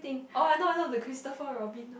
oh I know I know the Christopher-Robin